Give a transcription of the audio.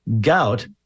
gout